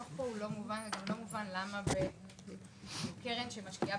נקרא על זה בהמשך.